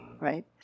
right